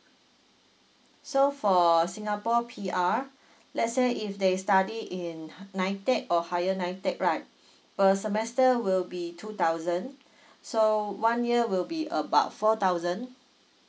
so for singapore P_R let's say if they study in nitec or higher nitec right per semester will be two thousand so one year will be about four thousand